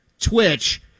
Twitch